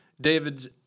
David's